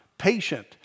patient